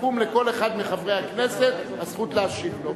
תקום לכל אחד מחברי הכנסת הזכות להשיב לו.